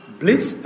bliss